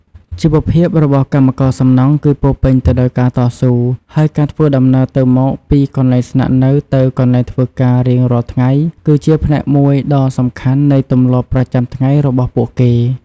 ជីវភាពរបស់កម្មករសំណង់គឺពោរពេញទៅដោយការតស៊ូ ហើយការធ្វើដំណើរទៅមកពីកន្លែងស្នាក់នៅទៅកន្លែងធ្វើការរៀងរាល់ថ្ងៃគឺជាផ្នែកមួយដ៏សំខាន់នៃទម្លាប់ប្រចាំថ្ងៃរបស់ពួកគេ។